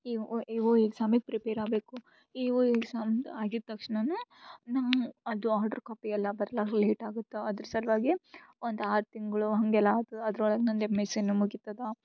E O E O ಎಕ್ಸಾಮಿಗೆ prepare ಆಗಬೇಕು E O exam ಆಗಿದ ತಕ್ಷ್ಣ ನಾ ಅದು ಆರ್ಡ್ರ್ ಕಾಪಿ ಎಲ್ಲ ಬರ್ಲಾಗೆ ಎಲ್ಲ ಲೇಟ್ ಆಗುತ್ತಾ ಅದ್ರ ಸಲುವಾಗಿ ಒಂದು ಆರು ತಿಂಗಳು ಹಂಗೆಲ್ಲಾ ಆಗ್ತದೆ ಅದ್ರ ಒಳಗೆ ನಂದು ಎಮ್ ಎಸ್ಸಿನೂ ಮುಗಿತದೆ